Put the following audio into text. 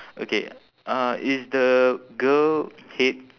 okay uh is the girl head